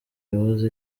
yahoze